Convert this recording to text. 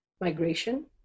migration